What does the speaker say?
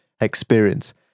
experience